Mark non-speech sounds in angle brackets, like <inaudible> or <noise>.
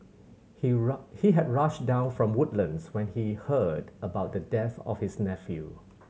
he <unintelligible> he had rushed down from Woodlands when he heard about the death of his nephew